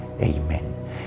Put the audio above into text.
Amen